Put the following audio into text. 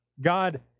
God